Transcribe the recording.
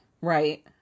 Right